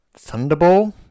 Thunderball